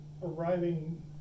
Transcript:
Arriving